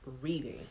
reading